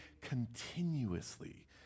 continuously